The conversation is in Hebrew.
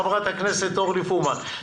חברת הכנסת אורלי פורמן.